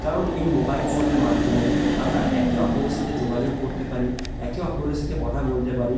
কারণ এই মোবাইল ফোনের মাধ্যমেই আমরা একে অপরের সাথে যোগাযোগ করতে পারি একে অপরের সাথে কথা বলতে পারি